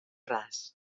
ras